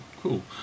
cool